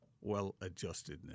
well-adjustedness